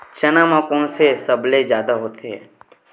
चना म कोन से सबले जादा होथे?